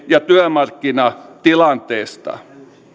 ja työmarkkinatilanteesta